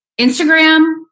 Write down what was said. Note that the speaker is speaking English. Instagram